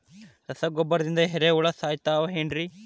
ರಸಗೊಬ್ಬರದಿಂದ ಏರಿಹುಳ ಸಾಯತಾವ್ ಏನ್ರಿ?